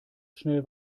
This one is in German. schnell